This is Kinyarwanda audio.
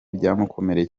byamukomereye